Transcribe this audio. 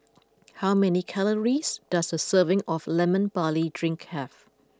how many calories does a serving of Lemon Barley Drink have